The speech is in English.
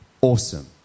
Awesome